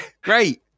Great